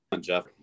Jeff